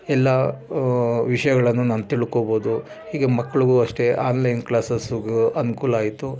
ಎಲ್ಲ ವಿಷಯಗಳನ್ನು ನಾನು ತಿಳ್ಕೊಳ್ಬೋದು ಹೀಗೆ ಮಕ್ಳಿಗೂ ಅಷ್ಟೇ ಆನ್ಲೈನ್ ಕ್ಲಾಸಸ್ಗೂ ಅನುಕೂಲ ಆಯ್ತು